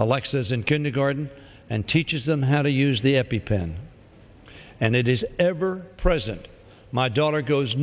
alexis in kindergarten and teaches them how to use the epi pen and it is ever present my daughter goes